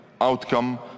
Outcome